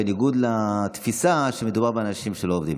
בניגוד לתפיסה שמדובר באנשים שלא עובדים.